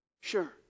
Sure